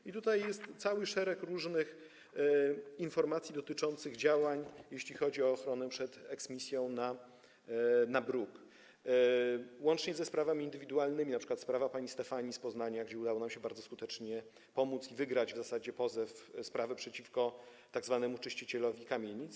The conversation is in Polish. I tutaj jest cały szereg różnych informacji dotyczących działań, jeśli chodzi o ochronę przed eksmisją na bruk, łącznie ze sprawami indywidualnymi, jak np. sprawa pani Stefanii z Poznania, w której udało nam się bardzo skutecznie pomóc i w zasadzie wygrać pozew, sprawa przeciwko tzw. czyścicielowi kamienic.